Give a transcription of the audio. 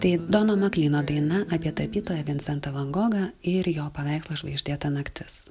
tai dono maklyno daina apie tapytoją vincentą van gogą ir jo paveikslą žvaigždėta naktis